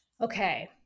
Okay